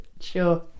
sure